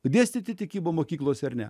dėstyti tikybą mokyklose ar ne